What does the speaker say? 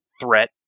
threat